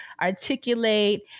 articulate